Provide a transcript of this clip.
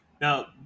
Now